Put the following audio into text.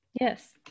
Yes